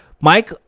Mike